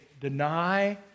deny